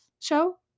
show